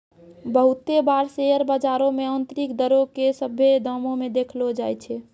बहुते बार शेयर बजारो मे आन्तरिक दरो के सभ्भे दामो पे देखैलो जाय छै